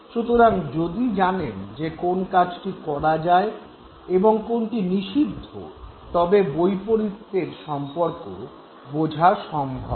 সুতরাং যদি জানেন যে কোন কাজটি করা যায় এবং কোনটি নিষিদ্ধ তবে বৈপরীত্যের সম্পর্ক বোঝা সম্ভব হয়